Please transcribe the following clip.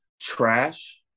trash